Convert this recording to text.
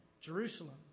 Jerusalem